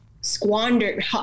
squandered